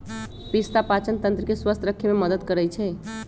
पिस्ता पाचनतंत्र के स्वस्थ रखे में मदद करई छई